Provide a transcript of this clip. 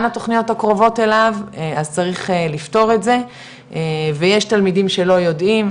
התוכניות הקרובות אליו אז צריך לפתור את זה ויש תלמידים שלא יודעים,